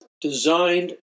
designed